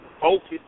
focus